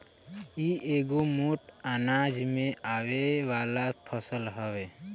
इ एगो मोट अनाज में आवे वाला फसल हवे